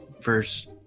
first